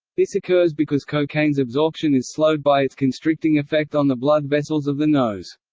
this occurs because cocaine's absorption is slowed by its constricting effect on the blood vessels of the nose.